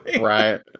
Right